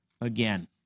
again